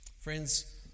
Friends